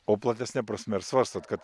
o platesne prasme ar svarstot kad